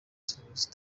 serivisi